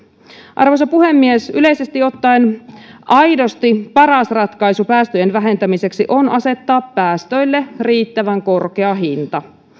arvoisa puhemies yleisesti ottaen aidosti paras ratkaisu päästöjen vähentämiseksi on asettaa päästöille riittävän korkea hinta